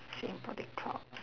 same body clock